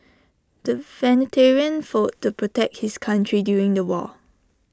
the fought to protect his country during the war